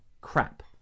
crap